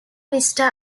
vista